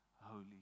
holy